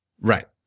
Right